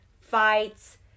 fights